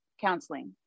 counseling